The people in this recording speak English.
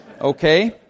Okay